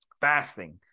fasting